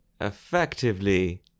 effectively